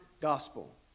Gospel